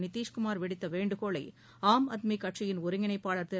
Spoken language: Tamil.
நிதிஷ்குமார் விடுத்த வேன்டுகோளை ஆம் ஆத்மி கட்சியின் ஒருங்கிணைப்பாளர் திரு